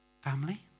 family